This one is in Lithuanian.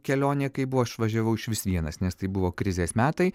kelionė kai buvo aš važiavau išvis vienas nes tai buvo krizės metai